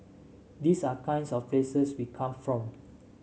these are kinds of places we come from